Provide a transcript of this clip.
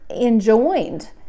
enjoined